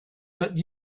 but